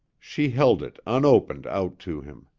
she held it, unopened, out to him.